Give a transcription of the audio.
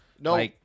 No